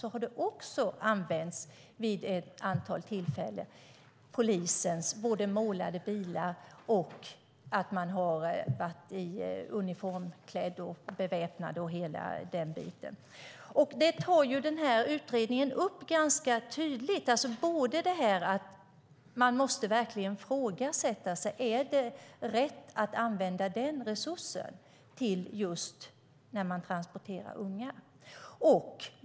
Då har också vid ett antal tillfällen använts polisens målade bilar, och man har varit uniformsklädd, beväpnad och hela den biten. Detta tar utredningen upp ganska tydligt. Man måste verkligen fråga sig: Är det verkligen rätt att använda den resursen när man just transporterar unga?